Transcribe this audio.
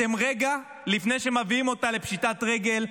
אתם רגע לפני שמביאים אותה לפשיטת רגל,